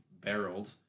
barreled